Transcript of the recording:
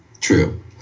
True